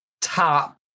top